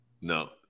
no